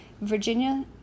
Virginia